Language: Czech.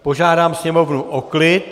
Požádám sněmovnu o klid.